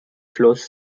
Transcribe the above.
flows